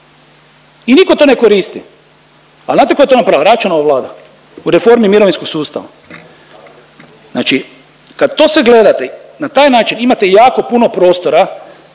I nitko to ne koristi. A znate tko je to napravio? Račanova vlada u reformi mirovinskog sustava. Znači kad to sve gledate na taj način imate jako puno prostora